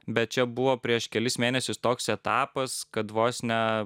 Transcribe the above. bet čia buvo prieš kelis mėnesius toks etapas kad vos ne